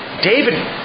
David